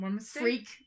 Freak